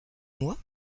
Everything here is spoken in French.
moi